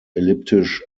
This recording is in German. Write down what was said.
elliptisch